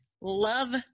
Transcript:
love